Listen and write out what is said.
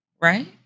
Right